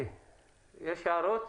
יש הערות?